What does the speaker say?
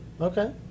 Okay